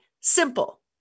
Simple